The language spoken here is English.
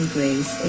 Grace